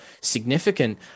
significant